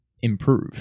improve